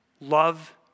love